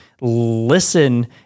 listen